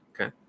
Okay